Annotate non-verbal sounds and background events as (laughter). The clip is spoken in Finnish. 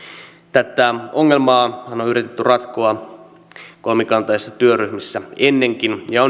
tätä ongelmaahan on yritetty ratkoa kolmikantaisissa työryhmissä ennenkin ja (unintelligible)